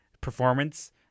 performance